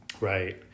Right